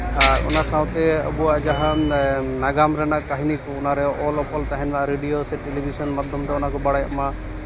ᱟᱨ ᱚᱱᱟ ᱥᱟᱶᱛᱮ ᱟᱵᱚᱣᱟᱜ ᱡᱟᱦᱟᱱ ᱱᱟᱜᱟᱢ ᱨᱮᱱᱟᱜ ᱠᱟᱹᱦᱱᱤ ᱠᱚ ᱚᱱᱟᱨᱮ ᱚᱞ ᱚᱯᱚᱞ ᱛᱟᱦᱮᱱ ᱢᱟ ᱨᱮᱰᱤᱭᱳ ᱥᱮ ᱴᱮᱞᱤᱵᱷᱤᱥᱚᱱ ᱢᱟᱫᱽᱫᱷᱚᱢ ᱛᱮ ᱚᱱᱟ ᱠᱚ ᱵᱟᱲᱟᱭᱚᱜ ᱢᱟ